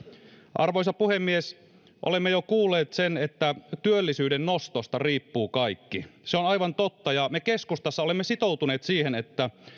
arvoisa puhemies olemme jo kuulleet sen että työllisyyden nostosta riippuu kaikki se on aivan totta ja me keskustassa olemme sitoutuneet siihen niin että